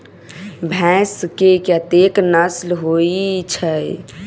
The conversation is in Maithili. भैंस केँ कतेक नस्ल होइ छै?